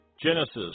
Genesis